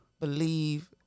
believe